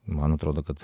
man atrodo kad